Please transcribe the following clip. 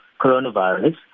coronavirus